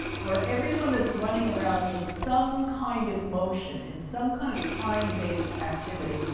where everyone is running around in some kind of motion, in some kind of time-based activity,